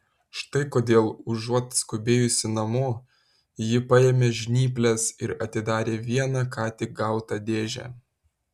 štai kodėl užuot skubėjusi namo ji paėmė žnyples ir atidarė vieną ką tik gautą dėžę